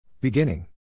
Beginning